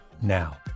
now